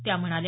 त्या म्हणाल्या